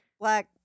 black